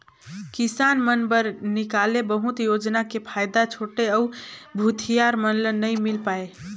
किसान मन बर निकाले बहुत योजना के फायदा छोटे अउ भूथियार मन ल नइ मिल पाये